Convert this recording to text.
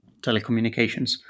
telecommunications